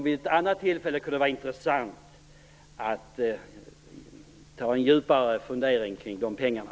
Vid ett annat tillfälle kunde det vara intressant att ta sig en funderare på de pengarna.